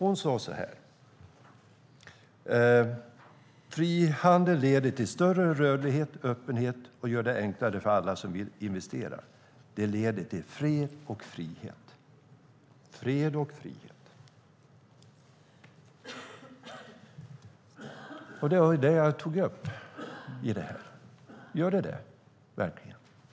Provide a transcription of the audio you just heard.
Hon sade så här: Frihandel leder till större rörlighet och öppenhet och gör det enklare för alla som vill investera. Det leder till fred och frihet. Fred och frihet. Det var det jag tog upp. Leder det verkligen till fred och frihet?